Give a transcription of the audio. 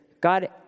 God